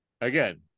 Again